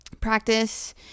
practice